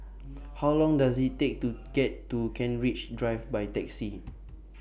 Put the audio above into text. How Long Does IT Take to get to Kent Ridge Drive By Taxi